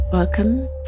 Welcome